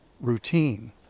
routine